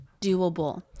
doable